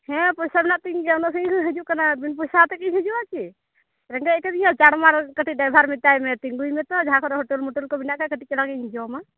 ᱦᱮᱸ ᱯᱚᱭᱥᱟ ᱢᱮᱱᱟᱜ ᱛᱤᱧ ᱜᱮᱭᱟ ᱩᱱᱟᱹᱜ ᱥᱟᱺᱜᱤᱧ ᱠᱷᱚᱡ ᱤᱧ ᱦᱤᱡᱩᱜ ᱠᱟᱱᱟ ᱵᱤᱱ ᱯᱚᱭᱥᱟ ᱟᱛᱮᱜᱮᱧ ᱦᱤᱡᱩᱜᱼᱟ ᱠᱤ ᱨᱮᱸᱜᱮᱡ ᱟᱠᱟᱫᱤᱧᱟ ᱪᱟᱲᱢᱟᱲ ᱰᱟᱭᱵᱷᱟᱨ ᱢᱮᱛᱟᱭ ᱢᱮ ᱛᱤᱜᱩᱭ ᱢᱮᱛᱳ ᱡᱟᱦᱟᱸ ᱠᱚᱨᱮ ᱦᱳᱴᱮᱞ ᱢᱚᱴᱮᱞ ᱠᱚ ᱢᱮᱱᱟᱜ ᱠᱷᱟᱡ ᱠᱟᱹᱴᱤᱡ ᱪᱮᱞᱟᱝ ᱤᱧ ᱡᱚᱢᱟ